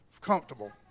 comfortable